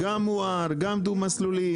גם מואר, גם דו-מסלולי.